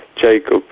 Jacob